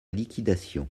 liquidation